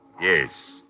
Yes